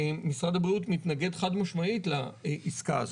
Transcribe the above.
משרד הבריאות מתנגד חד משמעית לעסקה הזאת,